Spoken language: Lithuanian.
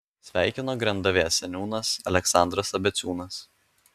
sveikino grendavės seniūnas aleksandras abeciūnas